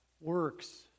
works